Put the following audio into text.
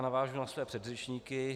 Navážu na své předřečníky.